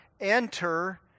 enter